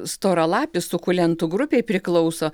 storalapis sukulentų grupei priklauso